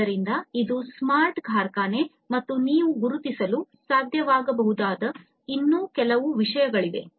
ಆದ್ದರಿಂದ ಇದು ಸ್ಮಾರ್ಟ್ ಕಾರ್ಖಾನೆ ಮತ್ತು ನೀವು ಗುರುತಿಸಲು ಸಾಧ್ಯವಾಗಬಹುದಾದ ಇನ್ನೂ ಕೆಲವು ವಿಷಯಗಳಿವೆ